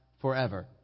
forever